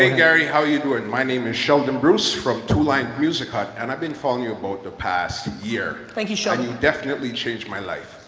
ah gary, how you doing? my name is sheldon bruce from two lined music hut and i've been following you about the past year. thank you, sheldon. and you definitely changed my life.